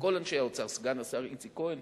לכל אנשי האוצר, לסגן השר איציק כהן,